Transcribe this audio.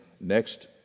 next